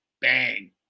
bang